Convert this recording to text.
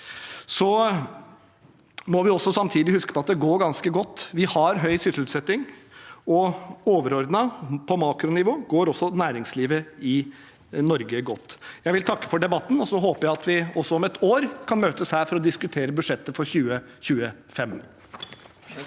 tid. Vi må samtidig huske på at det går ganske godt. Vi har høy sysselsetting, og overordnet, på makronivå, går også næringslivet i Norge godt. Jeg vil takke for debatten, og så håper jeg at vi også om et år kan møtes her for å diskutere budsjettet for 2025.